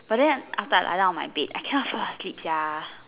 but then after I lie down on my bed I cannot fall asleep sia